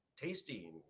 tasty